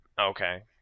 Okay